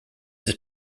his